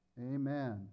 Amen